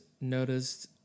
noticed